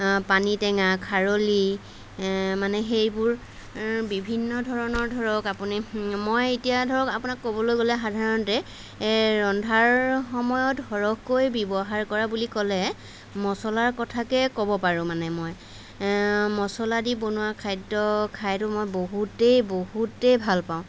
পানীটেঙা খাৰলি মানে সেইবোৰ আ বিভিন্ন ধৰণৰ ধৰক আপুনি মই এতিয়া ধৰক আপোনাক ক'বলৈ গ'লে সাধাৰণতে এ ৰন্ধাৰ সময়ত সৰহকৈ ব্যৱহাৰ কৰা বুলি ক'লে মচলাৰ কথাকে ক'ব পাৰোঁ মানে মই মচলা দি বনোৱা খাদ্য খাইতো মই বহুতেই বহুতেই ভাল পাওঁ